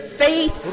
faith